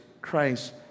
Christ